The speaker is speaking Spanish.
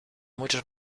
muchos